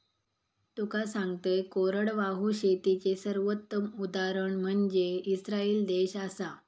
तुका सांगतंय, कोरडवाहू शेतीचे सर्वोत्तम उदाहरण म्हनजे इस्राईल देश आसा